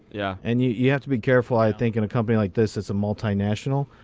yeah and you you have to be careful, i think, in a company like this that's a multinational,